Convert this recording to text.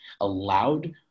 allowed